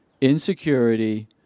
insecurity